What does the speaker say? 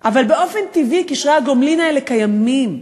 אבל באופן טבעי, קשרי הגומלין האלה קיימים,